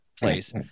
place